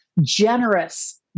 generous